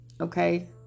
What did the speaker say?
Okay